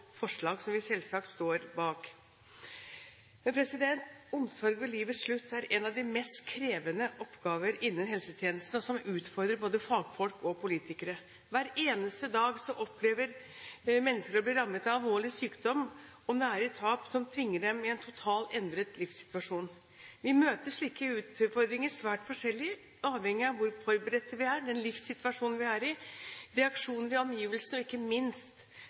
forslag, som vi selvsagt står bak. Omsorg ved livets slutt er en av de mest krevende oppgaver innen helsetjenesten og utfordrer både fagfolk og politikere. Hver eneste dag opplever mennesker å bli rammet av alvorlig sykdom og nære tap som tvinger dem inn i en totalt endret livssituasjon. Vi møter slike utfordringer svært forskjellig avhengig av hvor forberedte vi er, den livssituasjonen vi er i, reaksjoner i omgivelsene og ikke minst